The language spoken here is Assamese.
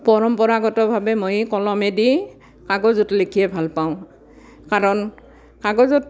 পৰম্পৰাগতভাৱে মই কলমেদি কাগজত লিখিয়ে ভাল পাওঁ কাৰণ কাগজত